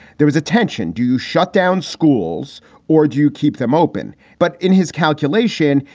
there was a tension. do shut down schools or do you keep them open? but in his calculation,